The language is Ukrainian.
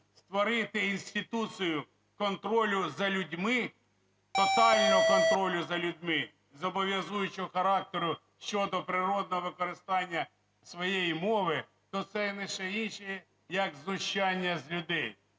тотального контролю за людьми зобов'язуючого характеру щодо природного використання своєї мови, то це є ніщо інше як знущання з людей.